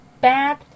bad